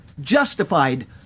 justified